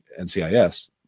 NCIS